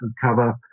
cover